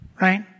right